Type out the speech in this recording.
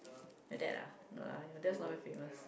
your dad ah no lah your dad is not very famous